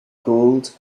called